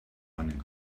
running